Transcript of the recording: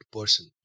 person